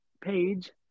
page